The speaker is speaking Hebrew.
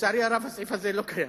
לצערי הרב, הסעיף הזה לא קיים.